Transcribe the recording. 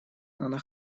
она